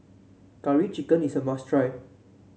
Curry Chicken is a must try